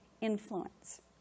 influence